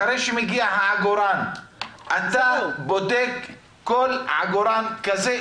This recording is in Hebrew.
אחרי שמגיע העגורן אתה בודק כל עגורן כזה?